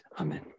Amen